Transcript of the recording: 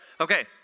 Okay